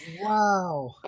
Wow